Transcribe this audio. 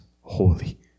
holy